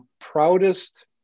proudest